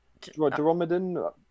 dromedon